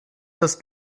das